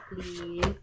please